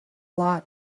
lot